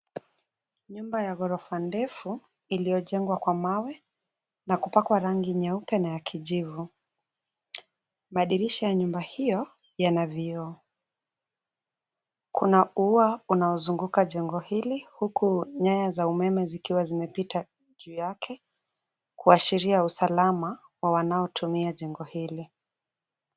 Nyumba ya ghorofa ndefu iliyojengwa kwa mawe na kupakwa rangi nyeupe na ya kijivu. Madirisha ya nyumba hio yana vioo. Kuna ua unaozunguka jengo hili huku nyaya za umeme zikiwa zimepita juu yake kuashiria usalama wa wanaotumia jengo hili.